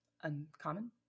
Uncommon